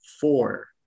four